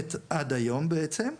הקודמת עד היום בעצם,